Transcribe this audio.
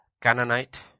Canaanite